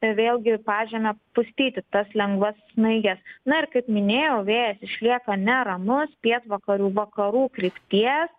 vėlgi pažeme pustyti tas lengvas snaiges na ir kaip minėjau vėjas išlieka neramus pietvakarių vakarų krypties